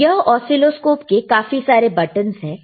तो यह ऑसीलोस्कोप के काफी सारे बटनस है